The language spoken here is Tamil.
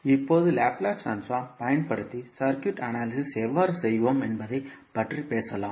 இப்போது லாப்லேஸ் டிரான்ஸ்ஃபார்ம் பயன்படுத்தி சர்க்யூட் அனாலிசிஸ் எவ்வாறு செய்வோம் என்பதைப் பற்றி பேசலாம்